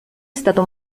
stato